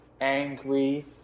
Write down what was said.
angry